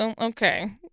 Okay